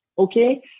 Okay